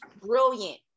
brilliant